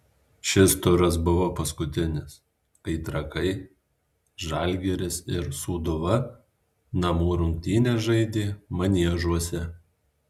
šis turas buvo paskutinis kai trakai žalgiris ir sūduva namų rungtynes žaidė maniežuose